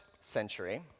century